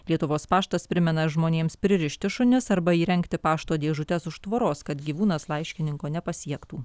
lietuvos paštas primena žmonėms pririšti šunis arba įrengti pašto dėžutes už tvoros kad gyvūnas laiškininko nepasiektų